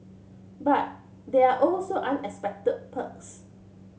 but there are also unexpected perks